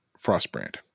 Frostbrand